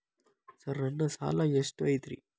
Sir ನನ್ನ ಸಾಲಾ ಎಷ್ಟು ಐತ್ರಿ?